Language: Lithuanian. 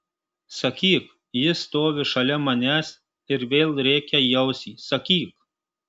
sakyk ji stovi šalia manęs ir vėl rėkia į ausį sakyk